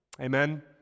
Amen